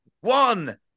One